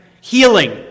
healing